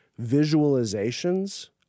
Visualizations